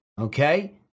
Okay